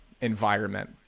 environment